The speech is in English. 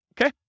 okay